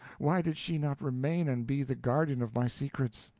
why did she not remain and be the guardian of my secrets?